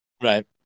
right